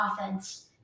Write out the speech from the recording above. offense